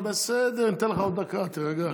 לא, לא, בסדר, אני אתן לך עוד דקה, תירגע.